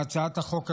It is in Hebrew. הצעת החוק הזו,